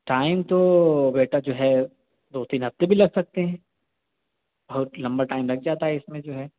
time تو بیٹا جو ہے دو تین ہفتے بھی لگ سکتے ہیں بہت لمبا ٹائم لگ جاتا ہے اِس میں جو ہے